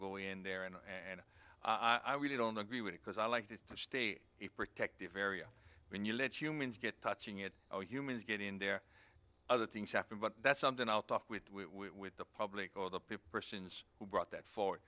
go in there and and i really don't agree with it because i like to stay protective area when you let humans get touching it oh humans get in there other things happen but that's something i'll talk with the public or the people persons who brought that for